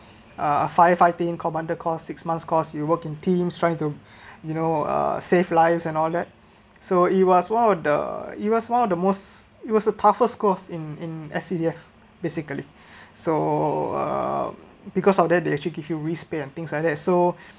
uh firefighting commander course six months course you work in teams trying to you know uh save lives and all that so it was one of the it was one of the most it was the toughest course in in S_C_D_F basically so um because of that they actually give you re spear and things like that so